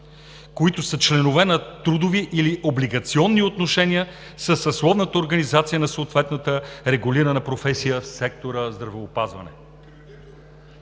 които са членове на трудови или облигационни отношения със съсловната организация на съответната регулирана професия в сектор „Здравеопазване“.“